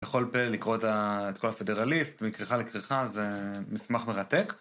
בכל פנ לקרוא את כל הפדרליסט, מכריכה לכריכה זה מסמך מרתק